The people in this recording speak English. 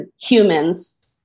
humans